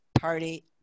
Party